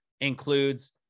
includes